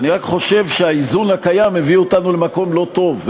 אני רק חושב שהאיזון הקיים הביא אותנו למקום לא טוב,